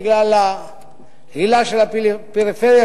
בגלל ההילה של הפריפריה,